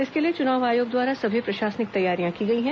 इसके लिए चुनाव आयोग द्वारा सभी प्रशासनिक तैयारियां की गई हैं